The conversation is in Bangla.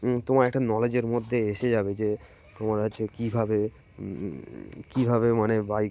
তোমার একটা নলেজের মধ্যে এসে যাবে যে তোমার হচ্ছে কীভাবে কীভাবে মানে বাইক